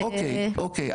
אוקיי,